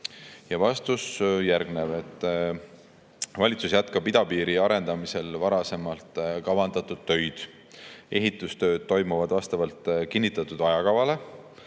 Vastus on järgmine. Valitsus jätkab idapiiri arendamisel varasemalt kavandatud töid. Ehitustööd toimuvad vastavalt kinnitatud ajakavale.